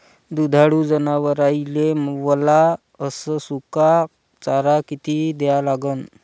दुधाळू जनावराइले वला अस सुका चारा किती द्या लागन?